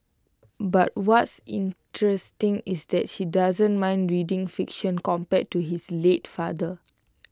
but what's interesting is that she doesn't mind reading fiction compared to his late father